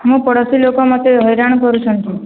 ମୋ ପଡ଼ୋଶୀ ଲୋକ ମୋତେ ହଇରାଣ କରୁଛନ୍ତି